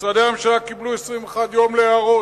משרדי הממשלה קיבלו 21 יום להערות.